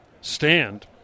stand